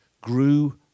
grew